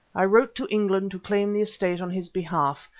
i wrote to england to claim the estate on his behalf,